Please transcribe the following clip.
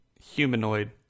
humanoid